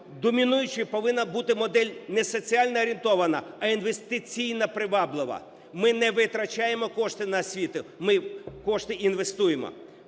домінуючою повинна бути модель не соціально орієнтована, а інвестиційно приваблива. Ми не витрачаємо кошти на освіту, ми кошти інвестуємо.